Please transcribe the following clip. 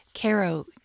Caro